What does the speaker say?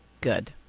Good